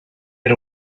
era